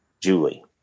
Julie